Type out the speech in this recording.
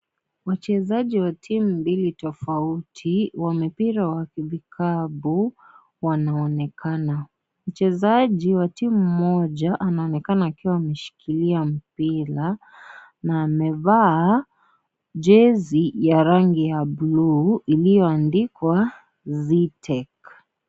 Wachezaji wa timu mbili tofauti, wa mipira vya vikapu wanaonekana. Mchezaji wa timu moja anaonekana akiwa ameshikilia mpira na amevaa jezi ya rangi ya bluu iliyoandikwa Zitech.